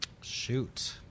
Shoot